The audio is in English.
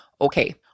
Okay